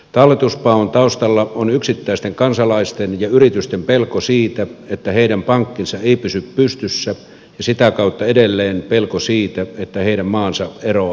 talletuspaon taustalla on yksittäisten kansalaisten ja yritysten pelko siitä että heidän pankkinsa ei pysy pystyssä ja sitä kautta edelleen pelko siitä että heidän maansa eroaa eurosta